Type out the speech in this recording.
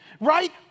Right